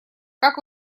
как